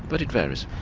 but it varies.